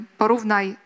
porównaj